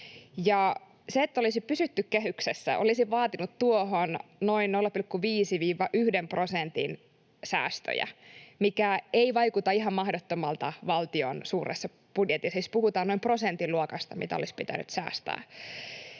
se, että olisi pysytty kehyksessä, olisi vaatinut tuohon noin 0,5—1 prosentin säästöjä, mikä ei vaikuta ihan mahdottomalta valtion suuressa budjetissa — siis puhutaan noin prosentin luokasta, mitä olisi pitänyt säästää.